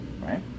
right